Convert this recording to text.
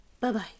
Bye-bye